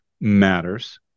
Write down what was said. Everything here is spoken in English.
matters